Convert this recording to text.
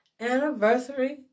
anniversary